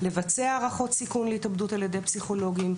לבצע הערכות סיכון להתאבדות על ידי פסיכולוגים,